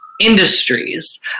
industries